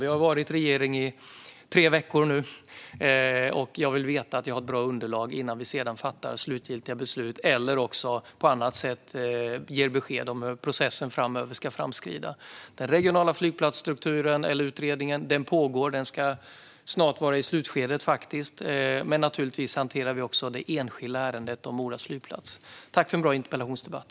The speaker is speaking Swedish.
Vi har nu varit en regering i tre veckor, och jag vill veta att jag har ett bra underlag innan vi fattar slutgiltiga beslut eller på annat sätt ger besked om hur processen framöver ska fortskrida. Utredningen om regionala flygplatser pågår; den ska snart vara i slutskedet. Men naturligtvis hanterar vi också det enskilda ärendet om Mora flygplats. Tack för en bra interpellationsdebatt!